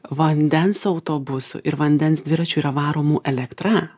vandens autobusų ir vandens dviračių yra varomų elektra